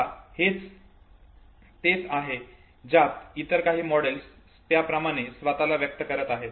आता हे तेच आहे ज्यात इतर काही मॉडेल्स त्याप्रमाणेच स्वताला व्यक्त करत आहेत